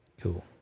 Cool